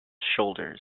shoulders